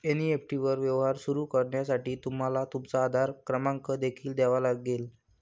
NEFT वर व्यवहार सुरू करण्यासाठी तुम्हाला तुमचा आधार क्रमांक देखील द्यावा लागेल